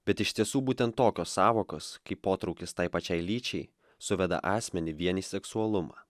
bet iš tiesų būtent tokios sąvokos kaip potraukis tai pačiai lyčiai suveda asmenį vien į seksualumą